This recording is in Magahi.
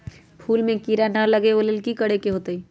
फूल में किरा ना लगे ओ लेल कि करे के होतई?